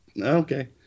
Okay